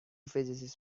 physicists